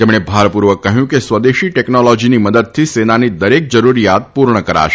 તેમણે ભારપૂર્વક કહ્યું કે સ્વદેશી ટેકનોલોજીની મદદથી સેનાની દરેક જરૂરિયાત પૂર્ણ કરાશે